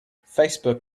facebook